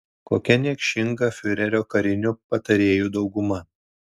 kokia niekšinga fiurerio karinių patarėjų dauguma